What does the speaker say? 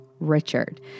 Richard